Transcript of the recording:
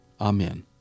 Amen